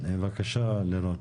בבקשה לירון.